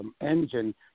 engine